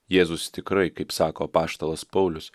jėzus tikrai kaip sako apaštalas paulius